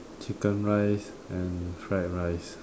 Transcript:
chicken rice and fried rice